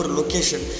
location